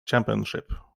championship